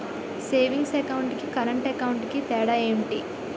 Savings account కి current account కి తేడా ఏమిటి?